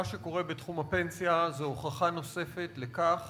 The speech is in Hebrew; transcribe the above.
מה שקורה בתחום הפנסיה הוא הוכחה נוספת לכך